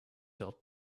sell